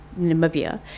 Namibia